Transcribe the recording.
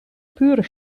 pure